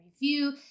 review